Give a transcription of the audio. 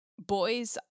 Boys